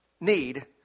need